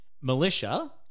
militia